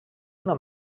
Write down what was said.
una